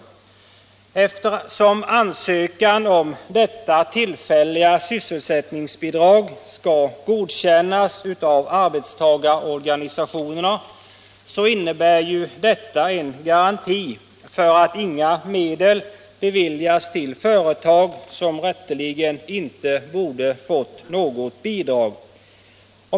Det förhållandet att ansökan om detta tillfälliga sysselsättningsbidrag skall godkännas av arbetstagarorganisationerna utgör en garanti för att inga medel beviljas till företag som rätteligen inte borde få bidrag.